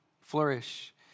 flourish